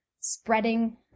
spreading